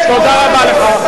תודה רבה לך.